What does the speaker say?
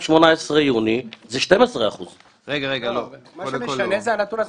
יוני 2018 זה 12%. מה שמשנה זה הנתון הסופי,